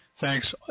Thanks